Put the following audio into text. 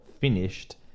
finished